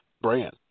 brand